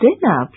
dinner